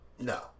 No